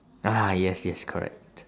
ah yes yes correct